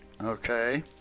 Okay